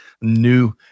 new